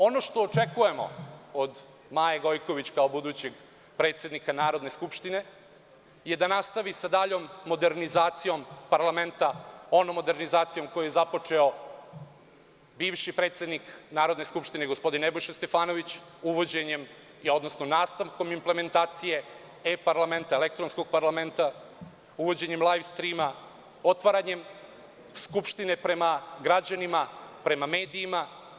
Ono što očekujemo od Maje Gojković kao budućeg predsednika Narodne skupštine je da nastavi sa daljom modernizacijom parlamenta, onom modernizacijom koju je započeo bivši predsednik Narodne skupštine, gospodin Nebojša Stefanović, uvođenjem, odnosno nastavkom implementacije e-parlamenta, elektronskog parlamenta, uvođenjem lajf strima, otvaranjem Skupštine prema građanima, prema medijima.